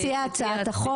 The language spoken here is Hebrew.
מציעי הצעת החוק.